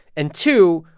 and two,